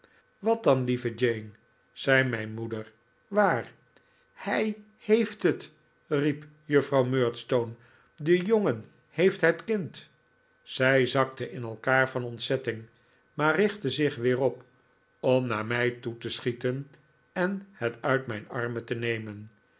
wat lieve jane zei mijn moeder waar hij heeft het riep juffrouw murdstone de jongen heeft het kind zij zakte in elkaar van ontzetting maar richtte zich weer op om naar mij toe te schieten en het uit mijn armen te nemen